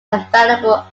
available